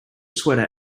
sweater